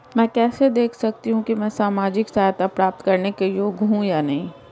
मैं कैसे देख सकती हूँ कि मैं सामाजिक सहायता प्राप्त करने के योग्य हूँ या नहीं?